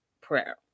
prayer